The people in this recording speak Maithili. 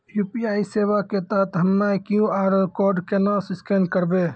यु.पी.आई सेवा के तहत हम्मय क्यू.आर कोड केना स्कैन करबै?